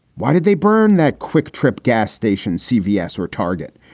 why did they burn that quick trip gas station, cbs or target?